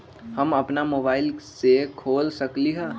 हम अपना मोबाइल से खोल सकली ह?